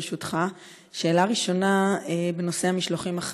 ברשותך: שאלה ראשונה היא בנושא המשלוחים החיים.